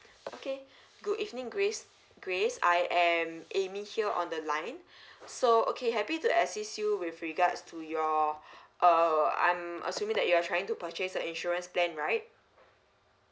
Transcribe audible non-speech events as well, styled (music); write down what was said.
okay good evening grace grace I am amy here on the line (breath) so okay happy to assist you with regards to your (breath) uh I'm assuming that you're trying to purchase the insurance plan right